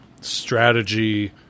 strategy